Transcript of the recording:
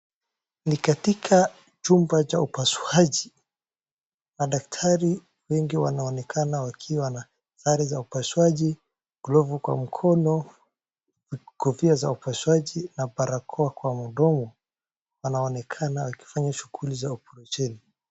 Ni katika chumba cha upasuaji. Madaktari wengi wanaonekana wakiwa na sare za upasuaji, glove kwa mkono, kofia za upasuaji na barakoa kwa mdomo. Anaonekana akifanya shughuli za upasuajili.